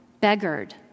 beggared